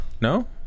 No